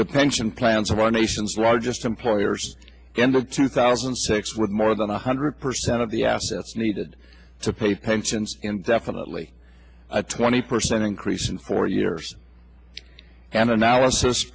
the pension plans of our nation's largest employers the end of two thousand and six with more than one hundred percent of the assets needed to pay pensions indefinitely a twenty percent increase in four years an analysis